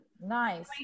Nice